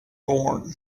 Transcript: born